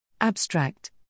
Abstract